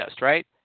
right